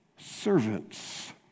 servants